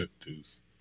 Deuce